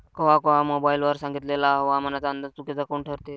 कवा कवा मोबाईल वर सांगितलेला हवामानाचा अंदाज चुकीचा काऊन ठरते?